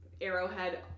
arrowhead